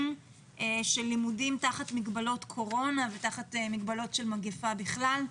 של לימודים תחת מגבלות קורונה ותחת מגבלות של מגיפה בכלל.